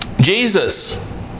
Jesus